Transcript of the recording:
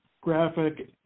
graphic